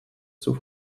zur